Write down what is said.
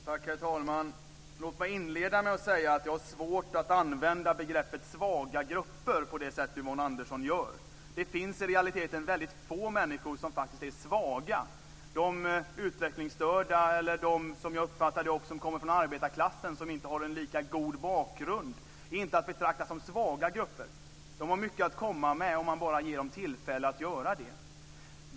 Herr talman! Låt mig inleda med att säga att jag har svårt att använda begreppet svaga grupper på det sätt Yvonne Andersson gör. Det finns i realiteten väldigt få människor som är svaga. De utvecklingsstörda eller - som jag uppfattade det - de som kommer från arbetarklassen och som inte har en lika god bakgrund är inte att betrakta som svaga grupper. De har mycket att komma med om man bara ger dem tillfälle att göra det.